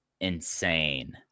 insane